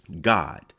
God